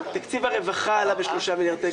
תקציב הרווחה עלה ב-3 מיליארד שקלים.